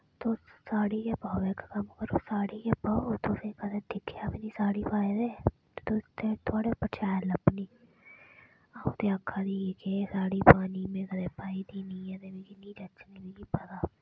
तुस साड़ी गै पाओ इक कम्म करो साड़ी गै पाओ तुसें कदें दिक्खेआ बी निं साड़ी पाए दे ते थोआढ़े उप्पर शैल लब्भनी अ'ऊं ते आक्खा दी ही केह् साड़ी पानी ऐ में कदें पाई दी निं ऐ ते मिगी नेईं जच्चदी मिगी पता